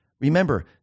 Remember